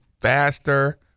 faster